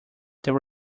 there